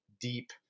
deep